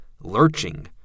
lurching